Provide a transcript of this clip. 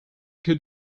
could